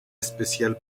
especial